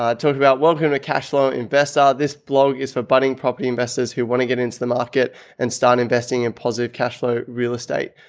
ah talks about welcoming to cashflow, invests out. this blog is for budding property investors who want to get into the market and start investing in positive cash flow real estate.